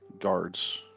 guards